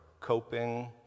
coping